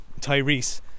tyrese